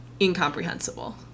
incomprehensible